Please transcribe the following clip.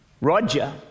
Roger